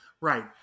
Right